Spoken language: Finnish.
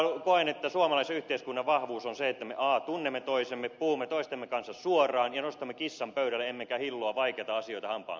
minä koen että suomalaisen yhteiskunnan vahvuus on se että me tunnemme toisemme puhumme toistemme kanssa suoraan ja nostamme kissan pöydälle emmekä hilloa vaikeita asioita hampaankoloon